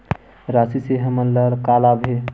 राशि से हमन ला का लाभ हे?